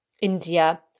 India